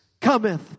cometh